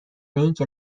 اینکه